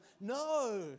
no